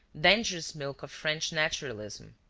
dangerous milk of french naturalism.